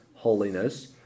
holiness